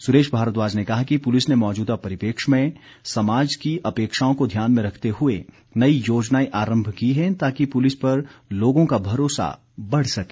सुरेश भारद्वाज ने कहा कि पुलिस ने मौजूदा परिपेक्ष में समाज की अपेक्षाओं को ध्यान में रखते हुए नई योजनाएं आरंभ की है ताकि पुलिस पर लोगों का भरोसा बढ़ सके